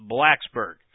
Blacksburg